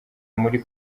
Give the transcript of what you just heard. muri